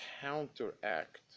counteract